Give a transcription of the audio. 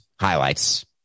highlights